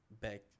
back